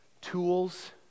tools